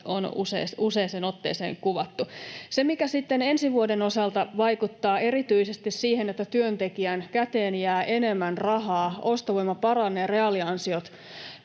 on useaan otteeseen kuvattu. Se, mikä sitten ensi vuoden osalta vaikuttaa erityisesti siihen, että työntekijän käteen jää enemmän rahaa, ostovoima paranee, reaaliansiot